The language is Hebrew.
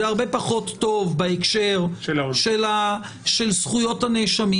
וזה הרבה פחות טוב בהקשר של זכויות הנאשמים.